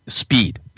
Speed